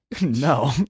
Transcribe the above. No